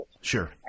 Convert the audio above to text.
Sure